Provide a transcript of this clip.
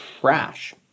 trash